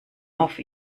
auf